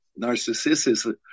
narcissism